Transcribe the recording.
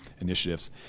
initiatives